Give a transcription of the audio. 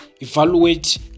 evaluate